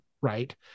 Right